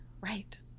Right